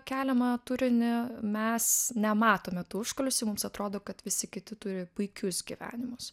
keliamą turinį mes nematome tų užkulisių mums atrodo kad visi kiti turi puikius gyvenimus